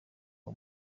uwo